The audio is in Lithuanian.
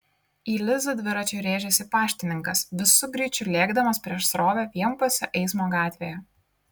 į lizą dviračiu rėžėsi paštininkas visu greičiu lėkdamas prieš srovę vienpusio eismo gatvėje